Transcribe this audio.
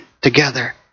together